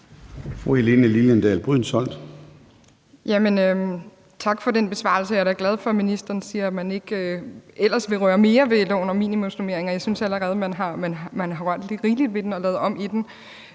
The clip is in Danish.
tak for den besvarelse. Jeg er da glad for, at ministeren siger, at man ikke ellers vil røre mere ved loven om minimumsnormeringer. Jeg synes allerede, man har rørt rigeligt ved den og lavet om i den.